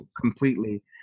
completely